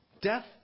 Death